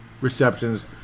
receptions